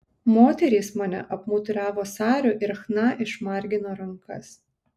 moterys mane apmuturiavo sariu ir chna išmargino rankas